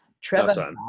Trevor